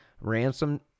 ransom